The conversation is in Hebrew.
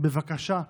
בבקשה,